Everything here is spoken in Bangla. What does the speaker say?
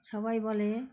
সবাই বলে